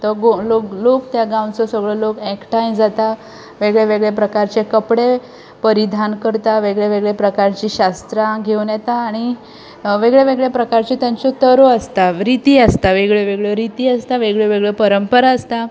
तो लोक लोक त्या गांवचो सगळोे एकठांय जाता वेगळ्या वेगळ्या प्रकारचे कपडे परिधान करता वेगळे वेगळे प्रकारचीं शास्त्रां घेंवन येता आनी वेगळ्या वेगळ्या प्रकारच्यो तांच्यो तरो आसता रिती आसता वेगळ्यो वेगळ्यो रिती आसता वेगळ्यो वेगळ्यो परंपरा आसता